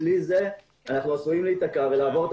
בלי זה אנחנו עשויים להיתקע ולעבור את